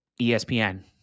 ESPN